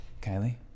Kylie